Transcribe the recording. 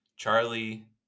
Charlie